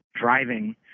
driving